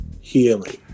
healing